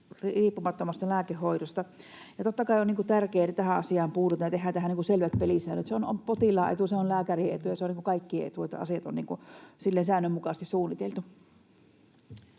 riippumattomasta lääkehoidosta, ja totta kai on tärkeää, että tähän asiaan puututaan ja tehdään tähän selvät pelisäännöt. Se on potilaan etu, se on lääkärin etu ja se on kaikkien etu, että asiat ovat säännönmukaisesti suunniteltu.